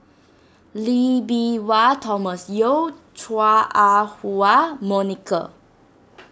Lee Bee Wah Thomas Yeo Chua Ah Huwa Monica